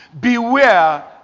Beware